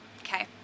Okay